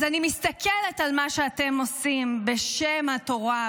אז אני מסתכלת על מה שאתם עושים בשם התורה,